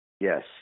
Yes